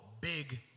big